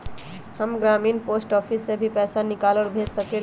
हम ग्रामीण post office से भी पैसा निकाल और भेज सकेली?